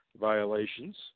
violations